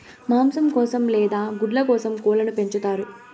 మాంసం కోసం లేదా గుడ్ల కోసం కోళ్ళను పెంచుతారు